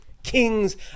kings